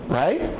right